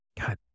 God